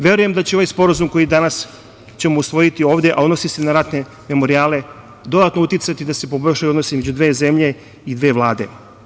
Verujem da će ovaj sporazum koji ćemo danas usvojiti ovde, a odnosi se na ratne memorijale, dodatno uticati da se poboljšaju odnosi između dve zemlje i dve vlade.